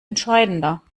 entscheidender